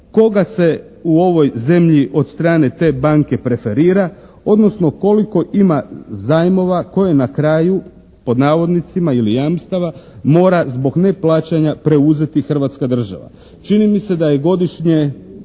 koga se u ovoj zemlji od strane te banke preferira odnosno koliko ima zajmova koje na kraju, pod navodnicima, ili jamstava mora zbog neplaćanja preuzeti Hrvatska država. Čini mi se da je godišnje